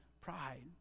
pride